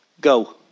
go